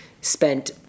spent